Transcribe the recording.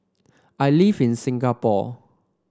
I live in Singapore